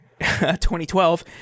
2012